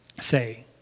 say